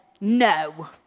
no